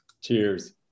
Cheers